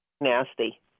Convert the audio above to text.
nasty